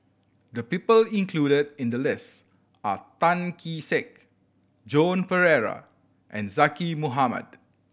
the people included in the list are Tan Kee Sek Joan Pereira and Zaqy Mohamad